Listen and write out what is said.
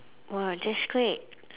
!wah! that's great